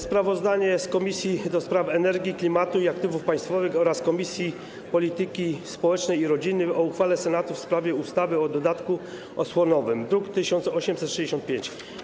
Sprawozdanie Komisji do Spraw Energii, Klimatu i Aktywów Państwowych oraz Komisji Polityki Społecznej i Rodziny o uchwale Senatu w sprawie ustawy o dodatku osłonowym, druk nr 1865.